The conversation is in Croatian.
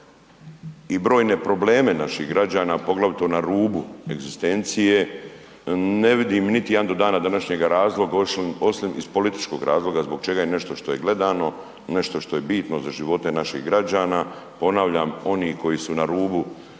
i brojne probleme naših građana, poglavito na rubu egzistencije, ne vidim niti jedan do dana današnjeg razlog osim iz političkog razloga zbog čega je nešto što je gledano, nešto što je bitno za živote naših građana, ponavljam, oni koji su na rubu,